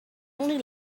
only